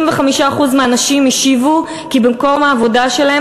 55% מהנשים השיבו כי במקום העבודה שלהן